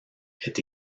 est